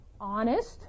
honest